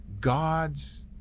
God's